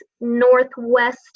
northwest